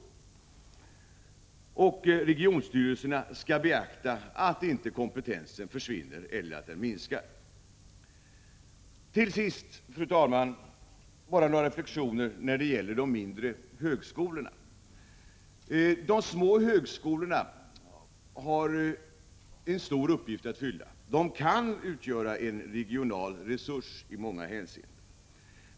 Regionstyrelserna skall beakta att kompetensen inte försvinner eller minskar. Till sist, fru talman, några reflexioner när det gäller de mindre högskolorna. De små högskolorna har en stor uppgift att fylla. De kan utgöra en regional resurs i många hänseenden.